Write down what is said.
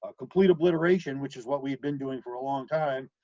ah complete obliteration, which is what we've been doing for a long time,